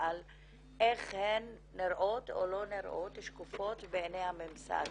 על איך הן נראות או לא נראות שקופות בעיני הממסד,